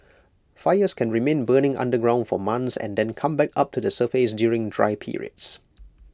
fires can remain burning underground for months and then come back up to the surface during dry periods